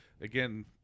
Again